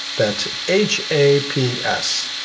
that's h a p s.